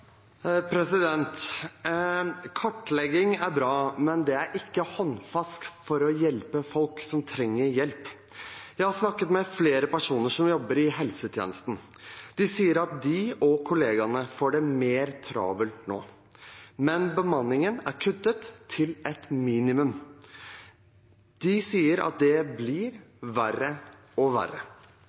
Kartlegging er bra, men det er ikke håndfast hjelp for folk som trenger det. Jeg har snakket med flere personer som jobber i helsetjenesten. De sier at de og kollegaene får det travlere nå, men bemanningen er kuttet til et minimum. De sier at det blir verre og verre.